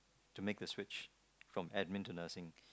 to make the switch from admin to nursing